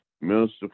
minister